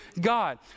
God